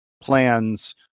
plans